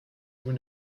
vous